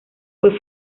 fue